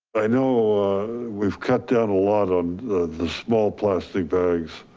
i know we've cut down a lot on the small plastic bags,